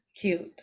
cute